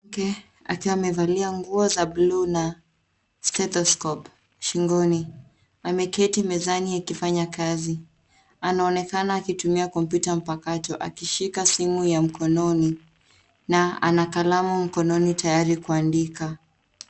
Mwanamke akiwa amevalia nguo za buluu na stethoscope shingoni, ameketi mezani akifanya kazi anaonekana akitumia kompyuta mpakato akishika simu ya mkononi na ana kalamu mkononi tayari kuandika.